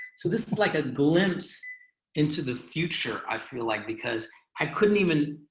so this is like a glimpse into the future. i feel like because i couldn't even.